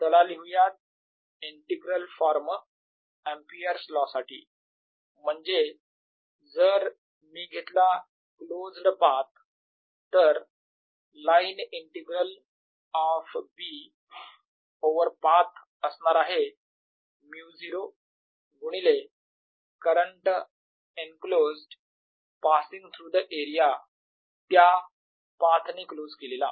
चला लिहूयात integral form Ampere's law Ampere's law साठी म्हणजे जर मी घेतला क्लोज्ड पाथ तर line integral of B over path असणार आहे μ0 गुणिले current enclosed passing through the area त्या पाथने क्लोज केलेला